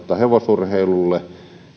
hevosurheilulle